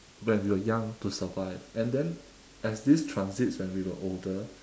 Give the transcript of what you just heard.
when we were young to survive and then as this transits when we were older